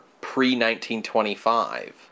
pre-1925